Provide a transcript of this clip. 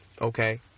okay